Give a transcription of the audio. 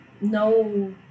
no